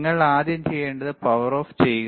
നിങ്ങൾ ആദ്യം ചെയ്യേണ്ടത് പവർ ഓഫ് ചെയ്യുക എന്നതാണ്